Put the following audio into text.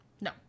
no